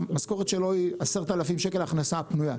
המשכורת שלו היא 10,000 שקלים הכנסה פנויה.